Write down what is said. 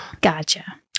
gotcha